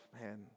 man